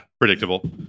Predictable